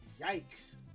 Yikes